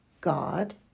God